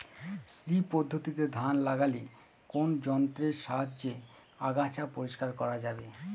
শ্রী পদ্ধতিতে ধান লাগালে কোন যন্ত্রের সাহায্যে আগাছা পরিষ্কার করা যাবে?